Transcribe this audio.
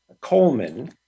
Coleman